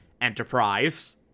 enterprise